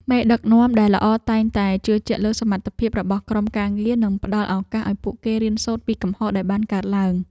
មេដឹកនាំដែលល្អតែងតែជឿជាក់លើសមត្ថភាពរបស់ក្រុមការងារ និងផ្តល់ឱកាសឱ្យពួកគេរៀនសូត្រពីកំហុសដែលបានកើតឡើង។